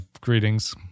greetings